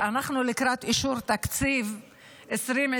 כשאנחנו לקראת אישור תקציב 2025,